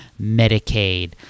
Medicaid